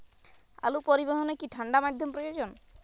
আলু পরিবহনে কি ঠাণ্ডা মাধ্যম প্রয়োজন?